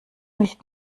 nicht